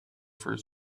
for